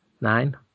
nine